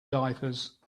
diapers